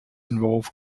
involve